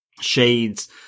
Shades